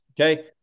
Okay